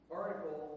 article